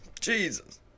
Jesus